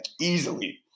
easily